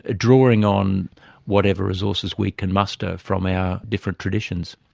ah drawing on whatever resources we can muster from our different traditions.